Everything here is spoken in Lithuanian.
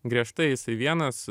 griežtai jisai vienas